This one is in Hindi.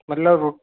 मतलब